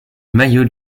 maillot